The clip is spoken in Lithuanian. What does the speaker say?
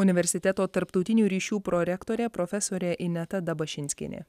universiteto tarptautinių ryšių prorektorė profesorė ineta dabašinskienė